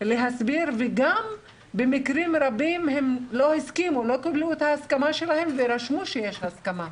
להסביר וגם במקרים רבים לא קיבלו את ההסכמה שלהן אבל רשמו שיש הסכמה.